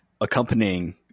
accompanying